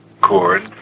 cord